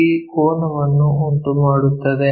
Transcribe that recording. P ಗೆ ಕೋನವನ್ನು ಉಂಟುಮಾಡುತ್ತದೆ